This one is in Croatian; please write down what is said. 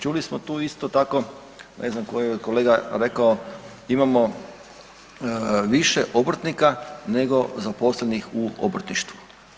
Čuli smo tu isto tako, ne znam koji je od kolega rekao, imamo više obrtnika nego zaposlenih u obrtništvu.